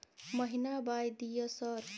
महीना बाय दिय सर?